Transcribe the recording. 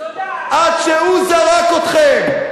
עד שהוא זרק אתכם.